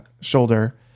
shoulder